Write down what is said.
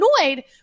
annoyed